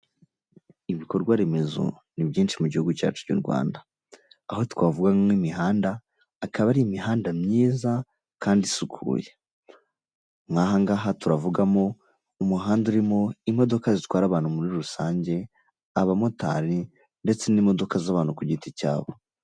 Ibikorwa remezo ni byinshi mu gihugu cyacu cy'u Rwanda, aho twavuga nk'imihanda, ikaba ari imihanda myiza kandi isukuye, nk'ahangaha turavugamo umuhanda urimo imodoka zitwara abantu muri rusange, abamotari, ndetse n'imodoka z'abantu ku giti cyabo.